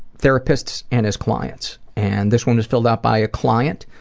therapists and as clients. and this one is filled out by a client,